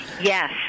Yes